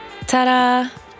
Ta-da